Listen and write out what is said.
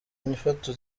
nyifato